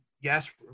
Yes